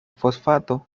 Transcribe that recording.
fosfato